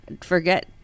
Forget